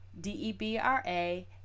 D-E-B-R-A